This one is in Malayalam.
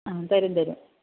മ്മ് തരും തരും